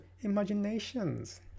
imaginations